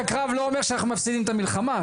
הקרב לא אומר שאנחנו מפסידים את המלחמה.